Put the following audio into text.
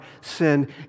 sin